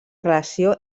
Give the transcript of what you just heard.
relació